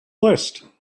list